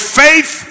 faith